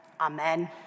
Amen